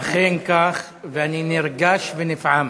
אכן כך, ואני נרגש ונפעם.